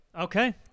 Okay